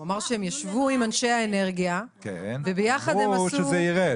הוא אמר שהם ישבו עם אנשי האנרגיה וביחד הם עשו --- אמרו שזה יירד.